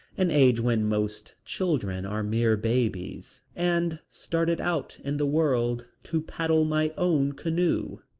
an age when most children are mere babies, and started out in the world to paddle my own canoe.